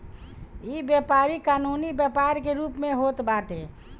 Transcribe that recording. इ व्यापारी कानूनी व्यापार के रूप में होत बाटे